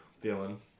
feeling